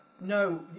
No